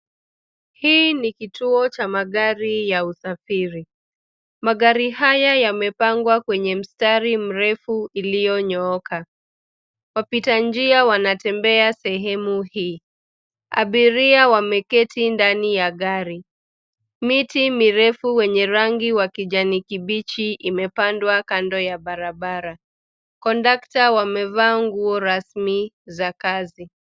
Hii ni kituo cha magari ya usafiri. Magari haya yamepangwa kwenye mstari mrefu iliyonyooka. Wapita njia wanatembea sehemu hii. Abiria wameketi ndani ya gari. Miti mirefu wenye rangi wa kijani kibichi imepandwa kando ya barabara. Kondakta wamevaa nguo rasmi za kazi.